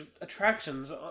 attractions